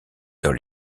dans